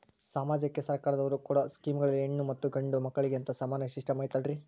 ಸಮಾಜಕ್ಕೆ ಸರ್ಕಾರದವರು ಕೊಡೊ ಸ್ಕೇಮುಗಳಲ್ಲಿ ಹೆಣ್ಣು ಮತ್ತಾ ಗಂಡು ಮಕ್ಕಳಿಗೆ ಅಂತಾ ಸಮಾನ ಸಿಸ್ಟಮ್ ಐತಲ್ರಿ?